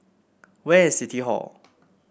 where is City Hall